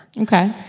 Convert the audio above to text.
Okay